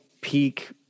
peak